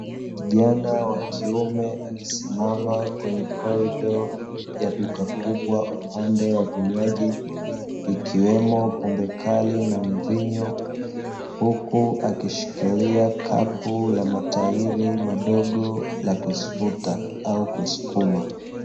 Kijana wa kiume akisimama kwenye korido ya duka kubwa upande wa vinywaji, ikiwemo pombe kali na mvinyo, huku akishikilia kapu la matairi madogo la kuvuta au kusukuma.